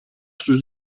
στους